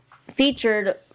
featured